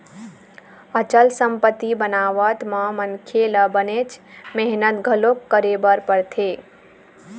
अचल संपत्ति बनावत म मनखे ल बनेच मेहनत घलोक करे बर परथे